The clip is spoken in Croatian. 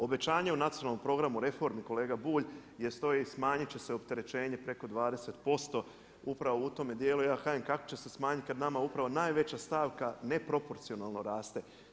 Obećanja u nacionalnom programu reformi kolega Bulj gdje stoji smanjiti će se opterećenje preko 20% upravo u tome dijelu, ja kažem kako će se smanjiti kada nama upravo najveća stavka nepropocionalno raste.